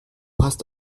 hast